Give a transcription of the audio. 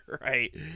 Right